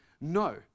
no